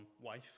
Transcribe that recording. wife